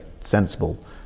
sensible